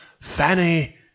Fanny